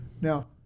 Now